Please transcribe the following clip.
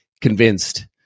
convinced